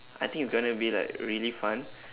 I think it's gonna be like really fun